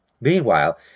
Meanwhile